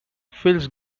feels